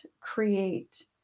create